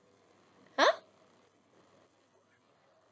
!huh!